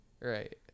Right